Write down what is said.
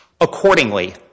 Accordingly